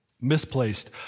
misplaced